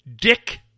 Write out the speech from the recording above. Dick